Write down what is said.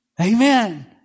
Amen